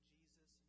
Jesus